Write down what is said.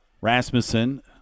Rasmussen